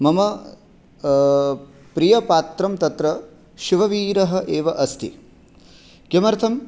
मम प्रियपात्रं तत्र शिववीरः एव अस्ति किमर्थम्